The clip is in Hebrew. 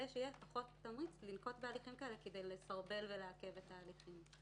שיהיה פחות תמריץ לנקוט הליכים כאלה כדי לסרבל ולעכב את ההליכים.